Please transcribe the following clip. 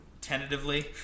tentatively